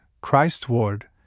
Christ-ward